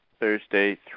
Thursday